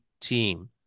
team